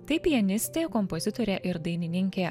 tai pianistė kompozitorė ir dainininkė